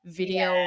video